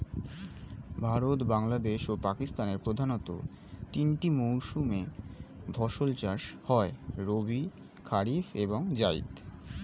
ভারতে, বাংলাদেশ ও পাকিস্তানের প্রধানতঃ তিনটি মৌসুমে ফসল চাষ হয় রবি, কারিফ এবং জাইদ